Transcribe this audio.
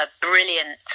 brilliant